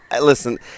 listen